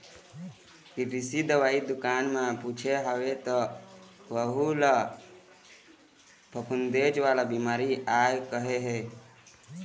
कृषि दवई दुकान म पूछे हव त वहूँ ल फफूंदेच वाला बिमारी आय कहे हे